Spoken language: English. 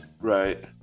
Right